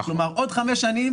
כלומר בעוד חמש שנים,